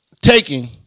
taking